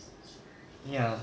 ya